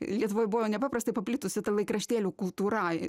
lietuvoj buvo nepaprastai paplitusi ta laikraštėlių kultūra